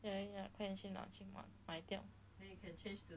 ya ya ya 快点去拿去买掉